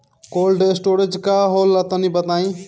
Cold storage का होला तनि बताई?